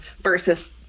versus